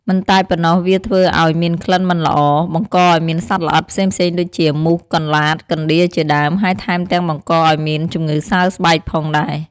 មិនតែប៉ុណ្ណោះវាធ្វើឲ្យមានក្លិនមិនល្អ បង្កឲ្យមានសត្វល្អិតផ្សេងៗដូចជា មូស កន្លាត កណ្តៀរជាដើម ហើយថែមទាំងបង្កឲ្យមានជំងឺសើស្បែកផងដែរ។